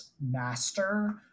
master